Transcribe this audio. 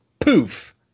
poof